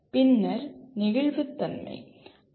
பின்னர் "நெகிழ்வுத்தன்மை"